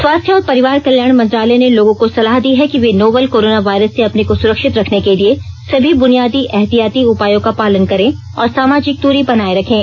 स्वास्थ्य और परिवार कल्याण मंत्रालय ने लोगों को सलाह दी है कि वे नोवल कोरोना वायरस से अपने को सुरक्षित रखने के लिए सभी बुनियादी एहतियाती उपायों का पालन करें और सामाजिक दूरी बनाए रखें